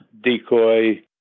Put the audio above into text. decoy